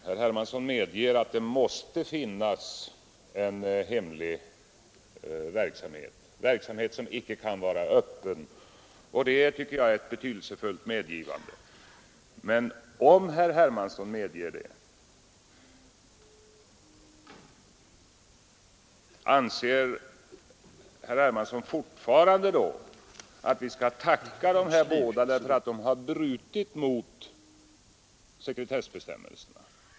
Herr Hermansson medger att det måste finnas en hemlig verksamhet, en verksamhet som inte kan vara öppen. Det tycker jag är ett betydelsefullt medgivande. Men om herr Hermansson medger det, anser herr Hermansson då fortfarande att vi skall tacka dessa båda journalister för att de har brutit mot sekretessbestämmelserna?